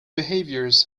behaviours